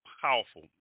powerful